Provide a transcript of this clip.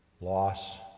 loss